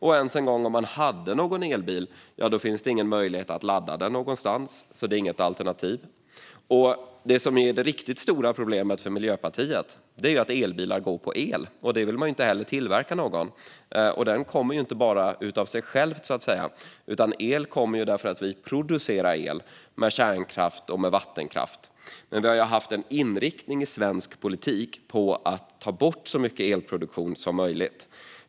Om man ens hade någon elbil finns det ingen möjlighet att ladda den någonstans, så det är inget alternativ. Det som är det riktigt stora problemet för Miljöpartiet är att elbilar går på el. Det vill man inte heller tillverka någon. Den kommer inte bara av sig självt, utan el kommer av att vi producerar el med kärnkraft och vattenkraft. Vi har haft en inriktning i svensk politik på att ta bort så mycket elproduktion som möjligt.